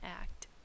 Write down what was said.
act